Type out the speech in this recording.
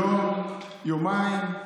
יום-יומיים,